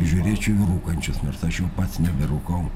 žiūrėčiau į rūkančius nors aš jau pats neberūkau